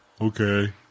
Okay